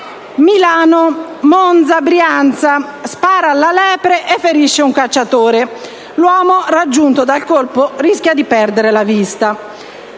«Milano - Monza Brianza: Spara alla lepre e ferisce un cacciatore. L'uomo raggiunto dal colpo rischia di perdere la vista».